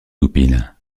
goupil